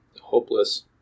Hopeless